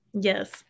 Yes